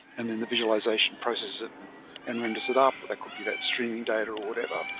and then the visualization process it and renders it up, but that could be that streaming data or whatever.